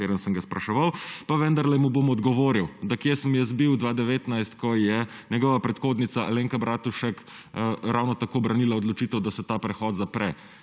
katerem sem ga spraševal. Pa vendarle mu bom odgovoril, kje sem jaz bil 2019, ko je njegova predhodnica Alenka Bratušek ravno tako branila odločitev, da se ta prehod zapre.